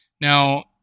Now